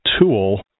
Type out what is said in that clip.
tool